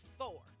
four